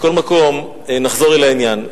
מכל מקום נחזור לעניין,